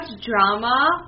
drama